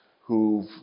who've